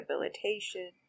rehabilitation